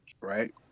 right